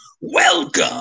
welcome